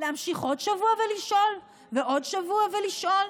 להמשיך עוד שבוע ולשאול ועוד שבוע ולשאול?